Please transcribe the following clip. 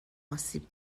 آسیب